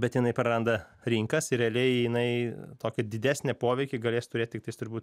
bet jinai praranda rinkas ir realiai jinai tokį didesnį poveikį galės turėt tiktais turbūt